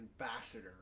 ambassador